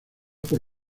por